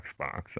xbox